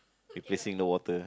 replacing the water